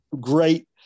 great